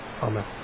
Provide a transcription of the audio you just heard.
Amen